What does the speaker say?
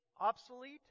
obsolete